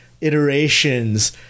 iterations